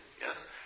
Yes